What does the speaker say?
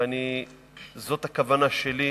זאת הכוונה שלי,